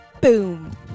Boom